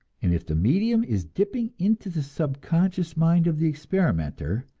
and if the medium is dipping into the subconscious mind of the experimenter,